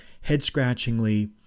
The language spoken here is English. head-scratchingly